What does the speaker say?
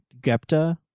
Gepta